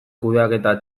kudeaketa